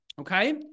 okay